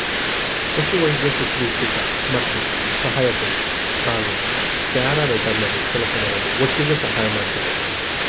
ಪಶುವೈದ್ಯ ಶುಶ್ರೂಷಕ ಮತ್ತು ಸಹಾಯಕ್ರು ಹಾಗೂ ಪ್ಯಾರಾವೆಟರ್ನರಿ ಕೆಲಸಗಾರರು ಒಟ್ಟಿಗೆ ಸಹಾಯ ಮಾಡ್ತರೆ